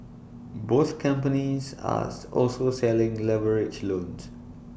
both companies as also selling leveraged loans